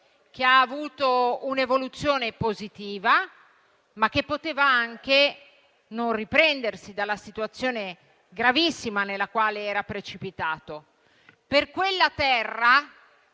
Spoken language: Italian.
che ha avuto un'evoluzione positiva, ma che poteva anche non riprendersi dalla situazione gravissima nella quale era precipitato. Per quella terra,